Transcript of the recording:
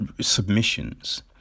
submissions